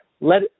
let